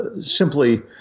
simply